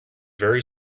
very